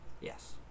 Yes